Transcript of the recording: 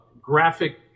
graphic